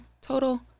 total